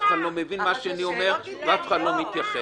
אף אחד לא מבין מה השני אומר ואף אחד לא מתייחס.